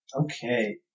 Okay